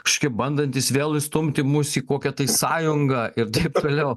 kažkokie bandantys vėl įstumti mus į kokią tai sąjungą ir taip toliau